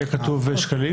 למה לא כתוב שקלים?